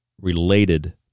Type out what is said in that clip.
related